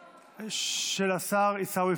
של השר עיסאווי